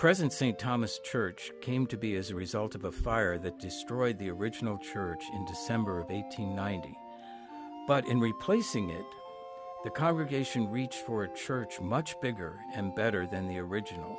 present st thomas church came to be as a result of a fire that destroyed the original church in december eight hundred ninety but in replacing it the congregation reach for a church much bigger and better than the original